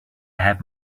have